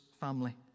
family